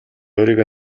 өөрийгөө